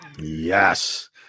Yes